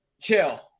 chill